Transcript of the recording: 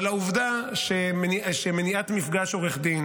אבל העובדה שמניעת מפגש עם עורך דין